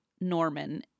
Norman